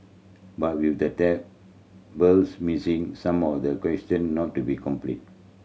but with the tables missing some of the question not to be complete